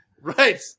Right